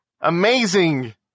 Amazing